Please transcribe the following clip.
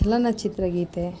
ಚಲನಚಿತ್ರಗೀತೆ